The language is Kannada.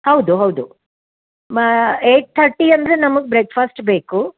ಹೌದು ಹೌದು ಮಾ ಏಯ್ಟ್ ತರ್ಟಿ ಅಂದರೆ ನಮಗೆ ಬ್ರೇಕ್ಫಾಸ್ಟ್ ಬೇಕು